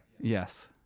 yes